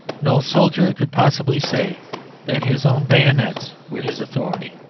no soldier could possibly say that his own bayonets were his authority.